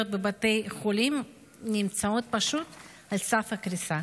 בבתי חולים נמצאות פשוט על סף קריסה.